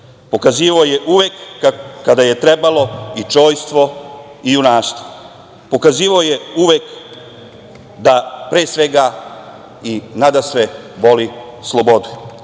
Pokazivao je uvek kada je trebalo i čojstvo i junaštvo, pokazivao je uvek da pre svega i nadasve voli slobodu. Znali